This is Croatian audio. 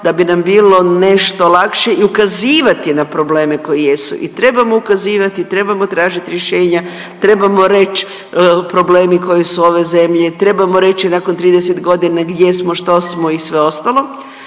da bi nam bilo nešto lakše i ukazivati na probleme koje jesu i trebamo ukazivati, trebamo tražiti rješenja, trebamo reći, problemi koji su ove zemlje, trebamo reći nakon 30 godina, gdje smo, što smo i sve ostalo,